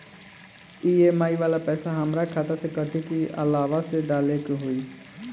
EMI वाला पैसा हाम्रा खाता से कटी की अलावा से डाले के होई?